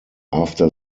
after